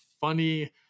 funny